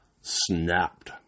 snapped